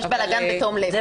יש בלגן בתום לב.